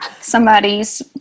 somebody's